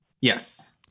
Yes